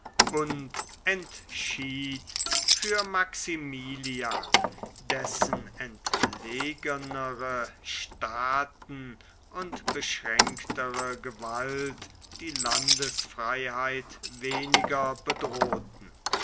und entschied für maximilian dessen entlegenere staaten und beschränktere gewalt die landesfreiheit weniger bedrohten